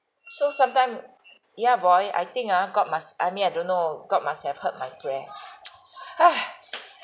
so sometime ya boy I think ah god must I mean I don't know god must have heard my prayer !huh!